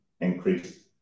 increase